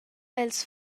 els